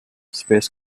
space